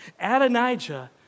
Adonijah